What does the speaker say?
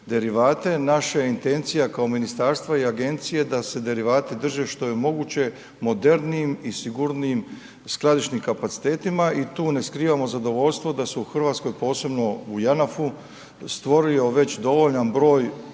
Naša je intencija, kao ministarstvo i agencije da se derivati drže što je moguće modernijim i sigurnijim skladišnim kapacitetima i tu ne skrivamo zadovoljstvo da se u Hrvatskoj, posebno u JANAF-u stvorio već dovoljan broj